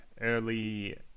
early